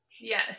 Yes